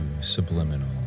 Subliminal